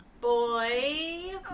boy